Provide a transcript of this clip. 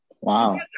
Wow